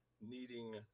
needing